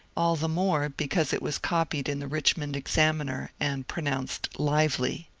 all the more because it was copied in the richmond examiner, and pronounced lively.